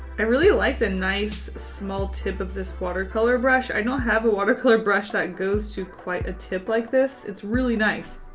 i really like the nice small tip of this watercolor watercolor brush. i don't have a watercolor brush that goes to quite a tip like this. it's really nice.